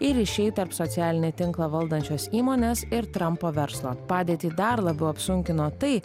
ir ryšiai tarp socialinį tinklą valdančios įmonės ir trampo verslo padėtį dar labiau apsunkino tai